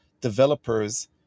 developers